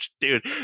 dude